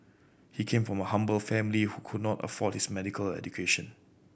he came from a humble family who could not afford his medical education